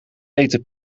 eten